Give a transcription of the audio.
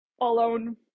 alone